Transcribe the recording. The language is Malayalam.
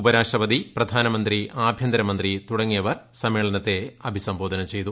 ഉപരാഷ്ട്രപതി പ്രധാനമന്ത്രി ആഭ്യന്തരമന്ത്രി തുടങ്ങിയവർ സമ്മേളനത്തെ അഭിസംബോധന ചെയ്തു